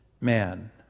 man